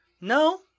No